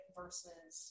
versus